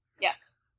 Yes